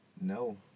No